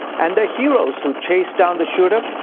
and the heros who chased down the shooter,